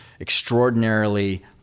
extraordinarily